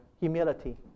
Humility